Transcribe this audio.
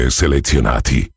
selezionati